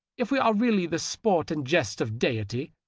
if we are really the sport and jest of deity,